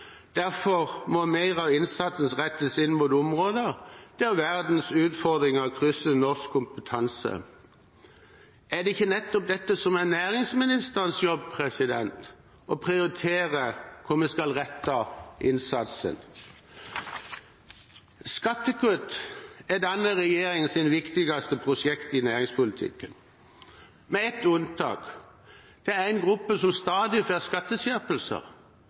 Derfor må mer av innsatsen rettes inn mot områder der verdens utfordringer krysser norsk kompetanse.» Er det ikke nettopp dette som er næringsministerens jobb – å prioritere hvor vi skal rette innsatsen? Skattekutt er denne regjeringens viktigste prosjekt i næringspolitikken, med ett unntak. Det er én gruppe som stadig får skatteskjerpelser: